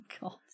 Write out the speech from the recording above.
God